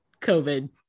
COVID